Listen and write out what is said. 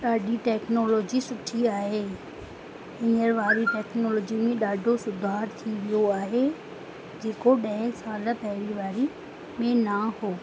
ॾाढी टैक्नोलॉजी सुठी आहे हीअंर वारी टैक्नोलॉजी में ॾाढो सुधार थी वियो आहे जेको ॾह साल पहिरीं वारी में ना हो